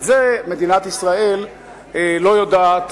את זה מדינת ישראל לא יודעת